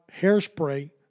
hairspray